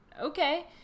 okay